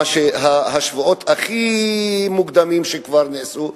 שהם השבועות הכי מוקדמים שכבר נעשו,